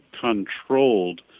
controlled